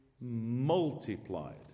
multiplied